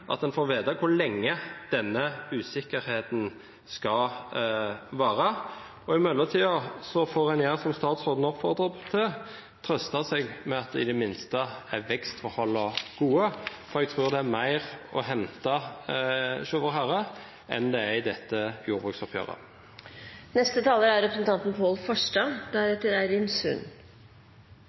I mellomtiden får en gjøre som statsråden oppfordret til, trøste seg med at i det minste er vekstforholdene gode. For jeg tror det er mer å hente hos Vårherre enn det er i dette jordbruksoppgjøret. I tillegg til at dette er